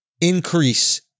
increase